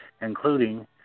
including